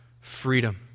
freedom